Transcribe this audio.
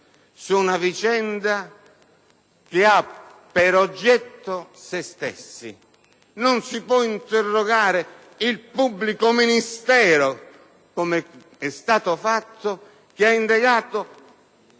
su una vicenda che ha per oggetto se stessi. Non si può interrogare il pubblico ministero che ha indagato